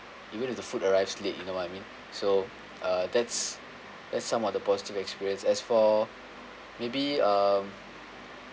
even if the food arrives late you know what I mean so uh that's that's some of the positive experience as for maybe um